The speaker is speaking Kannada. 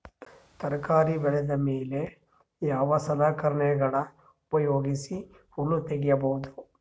ತರಕಾರಿ ಬೆಳದ ಮೇಲೆ ಯಾವ ಸಲಕರಣೆಗಳ ಉಪಯೋಗಿಸಿ ಹುಲ್ಲ ತಗಿಬಹುದು?